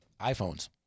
iPhones